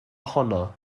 ohono